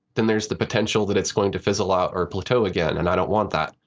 then there's the potential that it's going to fizzle out or plateau again and i don't want that.